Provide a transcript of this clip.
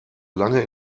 lange